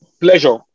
Pleasure